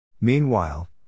Meanwhile